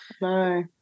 no